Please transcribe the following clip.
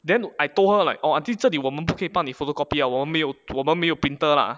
then I told her like orh auntie 这里我们不可以办理 photocopy 的我们没有我们没有 printer lah